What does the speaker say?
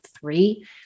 three